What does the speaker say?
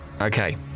Okay